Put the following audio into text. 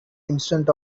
instead